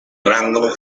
rango